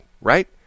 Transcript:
right